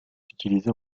utilisée